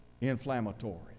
inflammatory